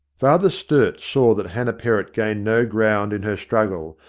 father sturt saw that hannah perrott gained no ground in her struggle,